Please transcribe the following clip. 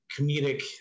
comedic